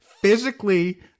physically